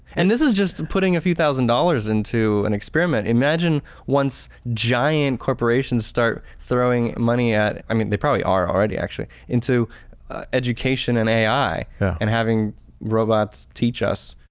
and this is just putting a few thousand dollars into an experiment. imagine once giant corporations start throwing money at i mean, they probably are already actually, into education and ai and having robots teach us.